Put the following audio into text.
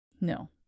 No